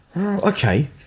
okay